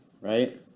right